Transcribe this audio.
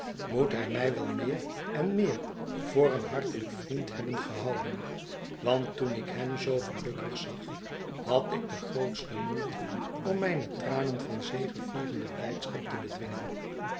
moet hij mij wel meer en meer voor een hartelijk vriend hebben gehouden want toen ik hem zoo gelukkig zag had ik de grootste moeite om mijne tranen van zegevierende blijdschap te bedwingen